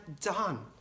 done